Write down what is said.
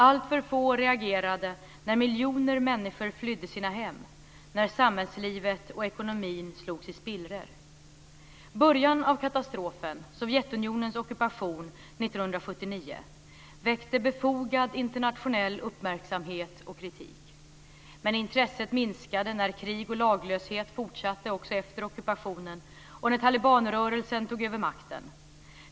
Alltför få reagerade när miljoner människor flydde sina hem, när samhällslivet och ekonomin slogs i spillror. 1979, väckte befogad internationell uppmärksamhet och kritik, men intresset minskade när krig och laglöshet fortsatte också efter ockupationen och när talibanrörelsen tog över makten.